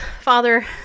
Father